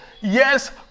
Yes